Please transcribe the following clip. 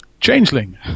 Changeling